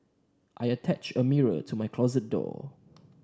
I attached a mirror to my closet door